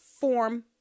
form